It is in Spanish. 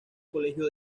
colegio